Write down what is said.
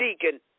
Deacon